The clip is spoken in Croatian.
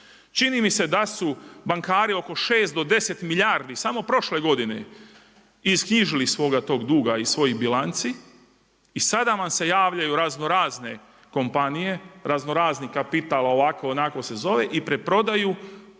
Čini mi se da su bankari oko 6 do 10 milijardi samo prošle godine isknjižili svog tog duga iz svojih bilanci i sada vam se javljaju raznorazne kompanije, raznorazni kapital, ovako, onako se zove, i preprodaju i